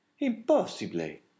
Impossibly